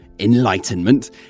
enlightenment